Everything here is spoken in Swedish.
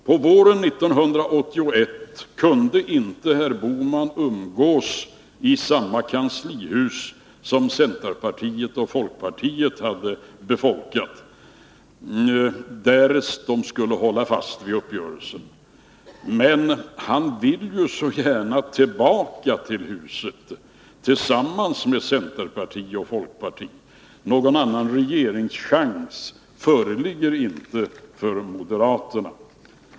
På våren 1981 kunde inte herr Bohman umgås i samma kanslihus som centerpartiet och folkpartiet, därest de skulle hålla fast vid uppgörelsen. Men han vill ju så gärna tillbaka till huset, tillsammans med centerparti och folkparti. Någon annan regeringschans föreligger inte för moderaterna.